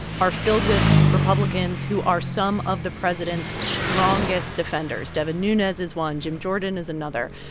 are filled with republicans who are some of the president's strongest defenders devin nunes is one, jim jordan is another.